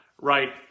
right